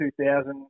2000